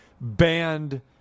banned